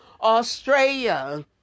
Australia